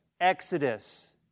exodus